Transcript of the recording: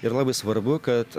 yra labai svarbu kad